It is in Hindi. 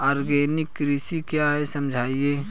आर्गेनिक कृषि क्या है समझाइए?